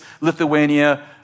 Lithuania